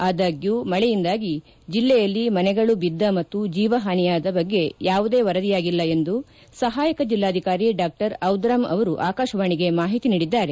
ಆದಾಗ್ಯೂ ಮಳೆಯಿಂದಾಗಿ ಜಿಲ್ಲೆಯಲ್ಲಿ ಮನೆಗಳು ಬಿದ್ದ ಮತ್ತು ಜೀವ ಹಾನಿಯಾದ ಬಗ್ಗೆ ಯಾವುದೇ ವರದಿಯಾಗಿಲ್ಲ ಎಂದು ಸಹಾಯಕ ಜಿಲ್ಲಾಧಿಕಾರಿ ಡಾ ಔದ್ರಾಮ್ ಅವರು ಅಕಾಶವಾಣಿಗೆ ಮಾಹಿತಿ ನೀಡಿದ್ದಾರೆ